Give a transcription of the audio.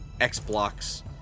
X-blocks